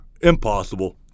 impossible